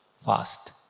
fast